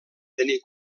tenir